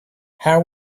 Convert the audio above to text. how